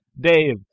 Dave